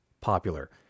popular